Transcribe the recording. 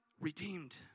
redeemed